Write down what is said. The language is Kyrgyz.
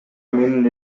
менин